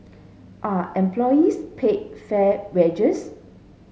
are employees paid fair wages